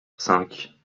cinq